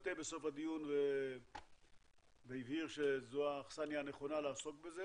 התבטא בסוף הדיון והבהיר שזו האכסניה הנכונה לעסוק בזה,